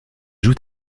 joue